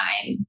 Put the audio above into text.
time